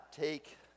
take